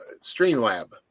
Streamlab